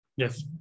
Yes